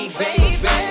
baby